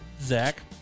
Zach